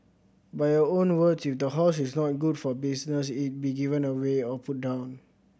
by your own words if the horse is not good for business it be given away or put down